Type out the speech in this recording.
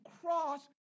cross